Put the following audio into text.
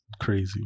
crazy